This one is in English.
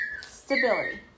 Stability